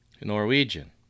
Norwegian